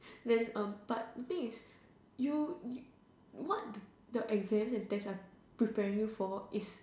then um but I think it you what the exams and tests are preparing you for is